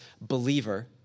believer